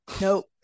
nope